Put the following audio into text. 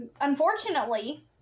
unfortunately